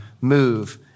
move